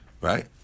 Right